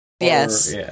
yes